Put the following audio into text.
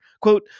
quote